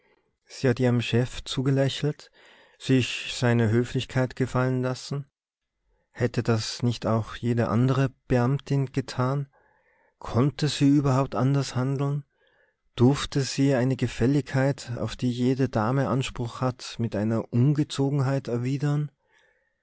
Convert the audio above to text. sie hat ihrem chef zugelächelt sich seine höflichkeit gefallen lassen hätte das nicht auch jede andere beamtin getan konnte sie überhaupt anders handeln durfte sie eine gefälligkeit auf die jede dame anspruch hat mit einer ungezogenheit erwidern